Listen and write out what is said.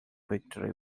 victory